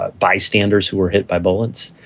ah bystanders who were hit by bullets.